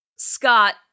Scott